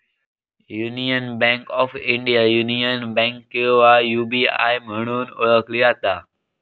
union Bank of India, Union Bank किंवा UBI म्हणून ओळखली जाता